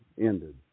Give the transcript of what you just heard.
ended